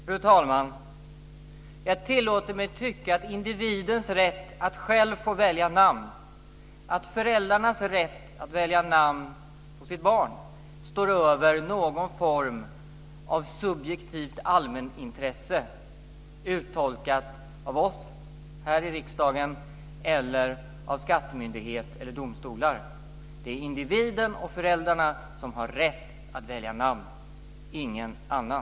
Fru talman! Jag tillåter mig tycka att individens rätt att själv få välja namn, föräldrarnas rätt att välja namn åt sitt barn står över någon form av subjektivt allmänintresse uttolkat av oss här i riksdagen, av skattemyndigheten eller domstolar. Det är individen och föräldrarna som har rätt att välja namn, ingen annan.